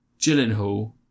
Gyllenhaal